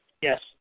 yes